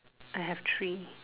I have three